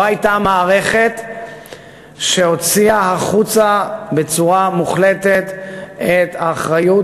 לא הייתה מערכת שמוציאה בצורה מוחלטת את האחריות